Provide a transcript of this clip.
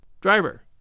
Driver